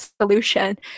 solution